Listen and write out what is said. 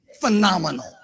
Phenomenal